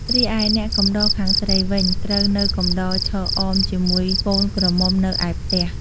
រីឯអ្នកកំដរខាងស្រីវិញត្រូវនៅកំដរឈរអមជាមួយកូនក្រមុំនៅឯផ្ទះ។